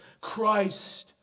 Christ